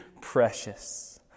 precious